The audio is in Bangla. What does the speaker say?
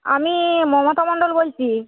আমি মমতা মন্ডল বলছি